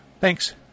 Thanks